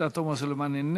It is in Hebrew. עאידה תומא סלימאן,